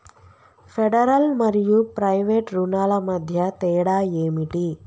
Federal మరియు private రుణాల మధ్య తేడా ఏమిటి?